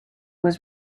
was